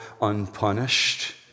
unpunished